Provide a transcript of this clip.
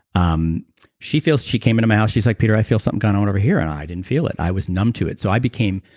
um she feels. she came into my house. she's like, peter, i feel something going on over here. and i didn't feel it. i was numb to it, so i became.